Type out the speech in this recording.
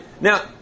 Now